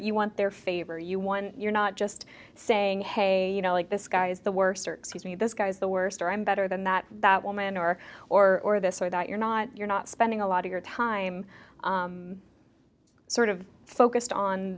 you want their favor you won you're not just saying hey you know like this guy is the worst me this guy's the worst or i'm better than that that woman or or this or that you're not you're not spending a lot of your time sort of focused on